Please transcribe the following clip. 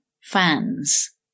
fans